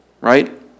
Right